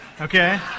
okay